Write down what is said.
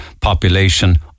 population